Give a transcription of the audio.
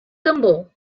tambor